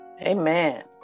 amen